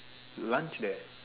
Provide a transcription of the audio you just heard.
lunch there